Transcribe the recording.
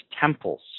temples